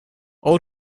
all